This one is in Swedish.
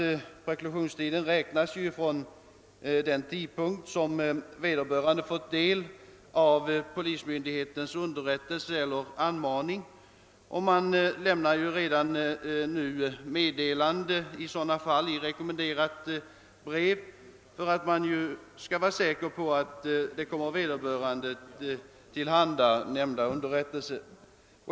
Preklusionstiden räknas ju från den tidpunkt då vederbörande fått underrättelse eller anmaning från polismyndigheten. Redan nu lämnas sådana meddelanden i rekommenderade brev för att man skall vara säker på att de kommer vederbörande till handa.